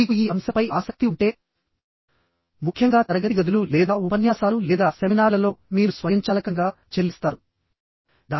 మీకు ఈ అంశంపై ఆసక్తి ఉంటే ముఖ్యంగా తరగతి గదులు లేదా ఉపన్యాసాలు లేదా సెమినార్లలో మీరు స్వయంచాలకంగా చెల్లిస్తారు